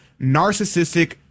narcissistic